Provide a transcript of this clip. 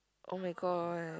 oh-my-god